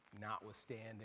notwithstanding